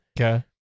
Okay